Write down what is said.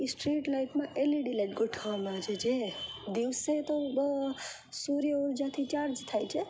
એ street લાઈટમાં LED light ગોઠવવામાં જે દિવસે તો બહુ સૂર્ય ઊર્જાથી ચાર્જ થાય છે